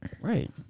Right